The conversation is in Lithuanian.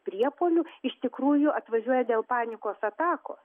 priepuolių iš tikrųjų atvažiuoja dėl panikos atakos